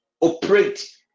operate